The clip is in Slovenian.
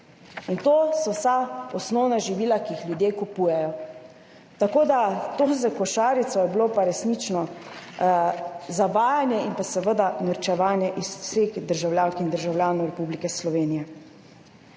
%. To so vse osnovna živila, ki jih ljudje kupujejo, tako da je bilo to s košarico resnično zavajanje in pa seveda norčevanje iz vsehdržavljank in državljanov Republike Slovenije.